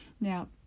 Now